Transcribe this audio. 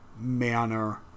manner